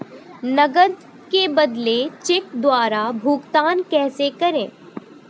नकद के बदले चेक द्वारा भुगतान कैसे करें?